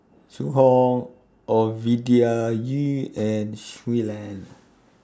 Zhu Hong Ovidia Yu and Shui Lan